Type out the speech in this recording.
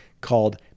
called